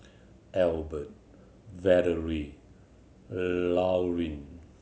Albert Valerie Laurine